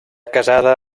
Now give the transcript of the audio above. casada